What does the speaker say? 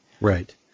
Right